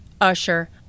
Usher